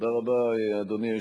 אדוני היושב-ראש,